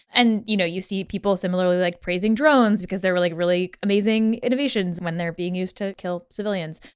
and you know you see people similarly like praising drones because they're really really amazing innovations when they're being used to kill civilians.